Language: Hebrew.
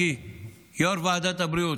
יו"ר ועדת הבריאות,